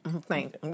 Thank